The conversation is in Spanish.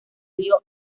río